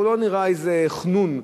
הוא לא נראה איזה חנון,